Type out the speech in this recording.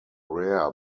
rare